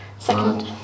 Second